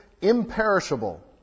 imperishable